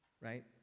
Right